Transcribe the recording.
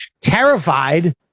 terrified